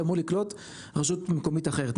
שאמור לקלוט רשות מקומית אחרת,